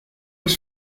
was